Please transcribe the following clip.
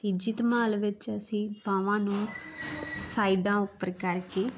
ਤੀਜੀ ਧਮਾਲ ਵਿੱਚ ਅਸੀਂ ਬਾਹਵਾਂ ਨੂੰ ਸਾਈਡਾਂ ਉੱਪਰ ਕਰਕੇ